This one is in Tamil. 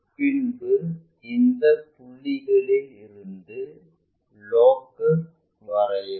பின்பு இந்தப் புள்ளிகளில் இருந்து லோக்கஸ் வரையவும்